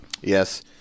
Yes